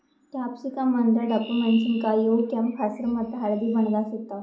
capsicum ಅಂದ್ರ ಡಬ್ಬು ಮೆಣಸಿನಕಾಯಿ ಇವ್ ಕೆಂಪ್ ಹೆಸ್ರ್ ಮತ್ತ್ ಹಳ್ದಿ ಬಣ್ಣದಾಗ್ ಸಿಗ್ತಾವ್